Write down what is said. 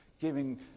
giving